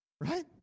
Right